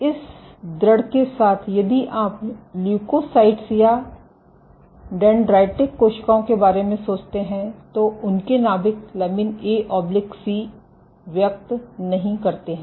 तो इस द्रढ़ के साथ यदि आप ल्यूकोसाइट्स या डेंड्राइटिक कोशिकाओं के बारे में सोचते हैं तो उनके नाभिक लमिन ए सी व्यक्त नहीं करते हैं